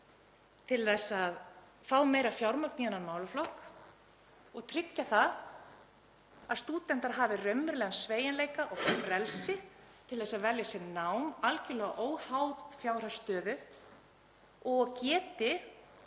til að fá meira fjármagn í þennan málaflokk og tryggja að stúdentar hafi raunverulegan sveigjanleika og frelsi til að velja sér nám algjörlega óháð fjárhagsstöðu og geti